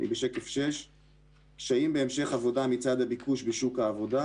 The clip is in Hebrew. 3. קשיים בהמשך עבודה מצד הביקוש בשוק העבודה.